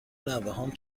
نوهام